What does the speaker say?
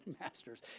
masters